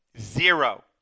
Zero